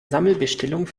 sammelbestellung